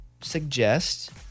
suggest